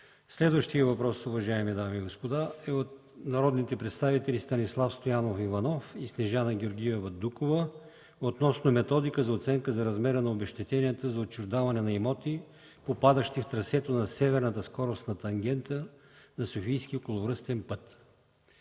Следващият въпрос, уважаеми дами и господа, е от народните представители Станислав Стоянов Иванов и Снежана Георгиева Дукова относно методика за оценка на размера на обезщетенията за отчуждаване на имоти, попадащи в трасето на северната скоростна тангента на софийския Околовръстен път.